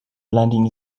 blending